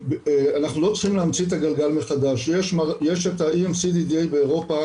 אנחנו לא צריכים להמציא את הגלגל מחדש יש את ה- EMCDDA באירופה,